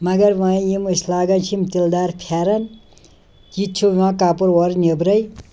مگر وۄنۍ یِم أسۍ لاگان چھِ یِم تِلہٕ دار پھٮ۪رن یہِ تہِ چھُ یِوان کَپُر اورٕ نیٚبرَے